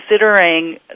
considering